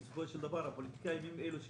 בסופו של דבר הפוליטיקאים הם אלה שמחליטים.